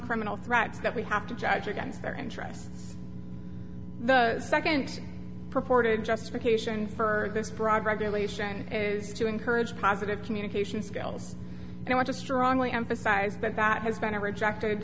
criminal threats that we have to judge against their interests the second purported justification for this broad regulation is to encourage positive communication skills and i want to strongly emphasized that that has been a rejected